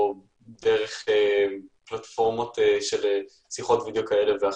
או דרך פלטפורמות של שיחות וידאו כאלה ואחרות.